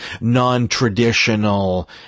non-traditional